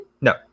no